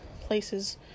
places